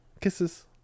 Kisses